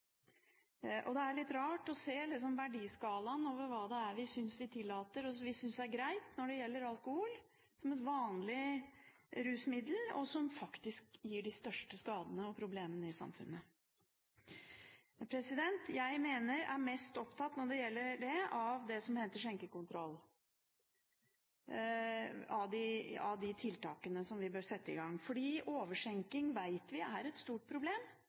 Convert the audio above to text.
rus. Det er litt rart å se verdiskalaen over hva det er vi synes vi tillater, og hva det er vi synes er greit når det gjelder alkohol som et vanlig rusmiddel, som faktisk gir de største skadene og problemene i samfunnet. Av de tiltakene vi bør sette i gang, er jeg mest opptatt av det som heter skjenkekontroll. Det er fordi vi vet at overskjenking er et stort problem,